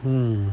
hmm